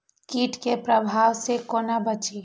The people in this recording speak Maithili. कीट के प्रभाव से कोना बचीं?